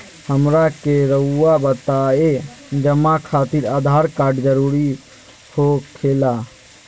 हमरा के रहुआ बताएं जमा खातिर आधार कार्ड जरूरी हो खेला?